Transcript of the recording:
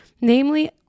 Namely